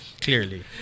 Clearly